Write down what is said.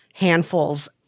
Handfuls